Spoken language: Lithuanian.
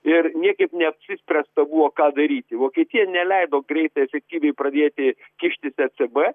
ir niekaip neapsispręsta buvo ką daryti vokietija neleido greitai efektyviai pradėti kištis ecb